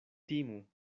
timu